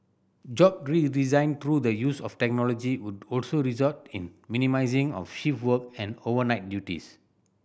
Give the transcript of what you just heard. job redesign through the use of technology would also result in minimising of shift work and overnight duties